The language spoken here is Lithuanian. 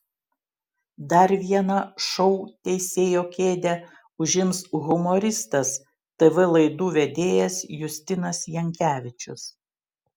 dar vieną šou teisėjo kėdę užims humoristas tv laidų vedėjas justinas jankevičius